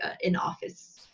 in-office